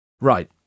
Right